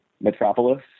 Metropolis